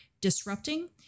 disrupting